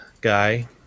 guy